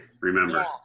remember